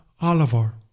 Oliver